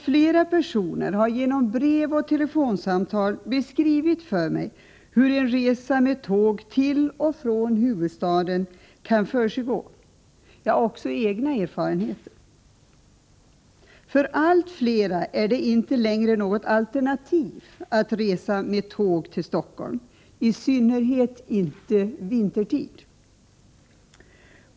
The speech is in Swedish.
Flera personer har genom brev och telefonsamtal beskrivit för mig hur en resa med tåg till och från huvudstaden kan försiggå. Jag har också egna erfarenheter. För allt fler är det inte längre något alternativ att resa med tåg till Stockholm, i synnerhet inte vintertid.